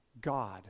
God